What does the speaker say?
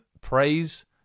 Praise